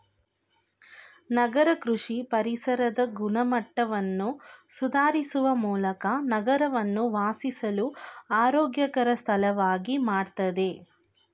ನಗರ ಕೃಷಿ ಪರಿಸರದ ಗುಣಮಟ್ಟವನ್ನು ಸುಧಾರಿಸುವ ಮೂಲಕ ನಗರವನ್ನು ವಾಸಿಸಲು ಆರೋಗ್ಯಕರ ಸ್ಥಳವಾಗಿ ಮಾಡ್ತದೆ